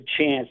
chance